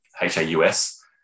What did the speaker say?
H-A-U-S